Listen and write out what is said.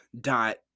dot